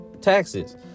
taxes